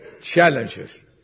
Challenges